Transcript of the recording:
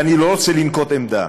אני לא רוצה לנקוט עמדה,